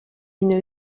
une